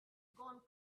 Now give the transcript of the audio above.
gone